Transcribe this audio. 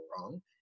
wrong